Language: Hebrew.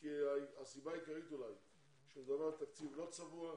הסיבה העיקרית היא שמדובר על תקציב לא צבוע,